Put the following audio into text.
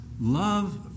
love